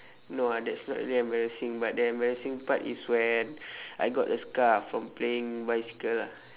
no ah that's not really embarrassing but the embarrassing part is when I got a scar from playing bicycle ah